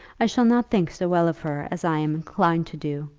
i shall not think so well of her as i am inclined to do.